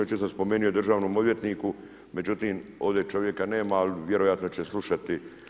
Jučer sam spomenio državnom odvjetniku, međutim ovdje čovjeka nema, ali vjerojatno će slušati.